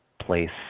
place